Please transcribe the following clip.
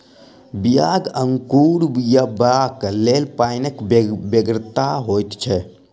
बियाक अंकुरयबाक लेल पाइनक बेगरता होइत छै